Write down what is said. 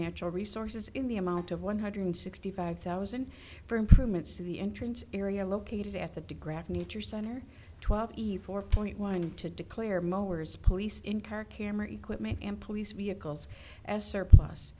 natural resources in the amount of one hundred sixty five thousand for improvements to the entrance area located at the digraph nature center twelve eat four point one to declare mowers police incur care murray equipment and police vehicles as surplus